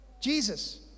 Jesus